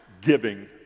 giving